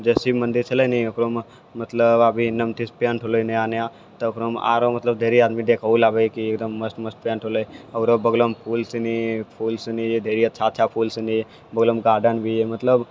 जे शिव मन्दिर छलै नी ओकरोमे मतलब अभी सब किछु पेण्ट होलै नया नया तब ओकरामे आरो ढ़ेरी आदमी देखहो लए आबै की एकदम मस्त मस्त पेण्ट होलै ओकरो बगलोमे फूल सनी फूल सनी अच्छा अच्छा फूल सनी बगलोमे गार्डन भी यऽ मतलब सब